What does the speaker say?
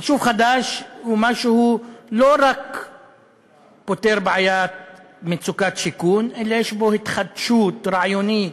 יישוב חדש הוא משהו שלא רק פותר מצוקת שיכון אלא יש בו התחדשות רעיונית,